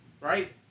right